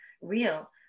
real